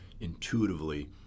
intuitively